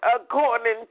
according